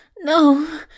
No